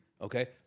Okay